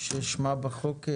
ששמה בחוק: